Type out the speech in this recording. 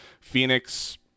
Phoenix